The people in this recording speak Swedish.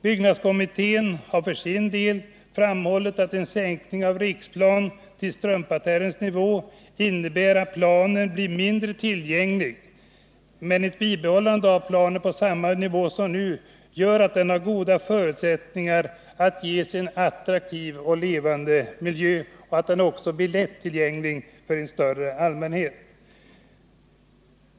Byggnadskommittén framhåller för sin del att en sänkning av riksplan till Strömparterrens nivå medför att planen blir mindre lättillgänglig, medan ett bibehållande av Riksplan på samma nivå som hittills ger goda förutsättningar för att Riksplan får en attraktiv och levande miljö och även blir lättillgänglig för en större allmänhet.